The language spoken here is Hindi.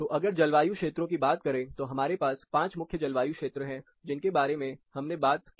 तो अगर जलवायु क्षेत्रों की बात करें तो हमारे पास पांच मुख्य जलवायु क्षेत्र है जिनके बारे में हमने बात की